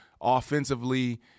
offensively